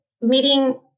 meeting